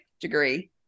degree